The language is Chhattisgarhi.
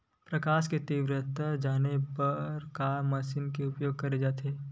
प्रकाश कि तीव्रता जाने बर का मशीन उपयोग करे जाथे?